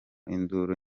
induru